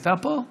הייתה פה?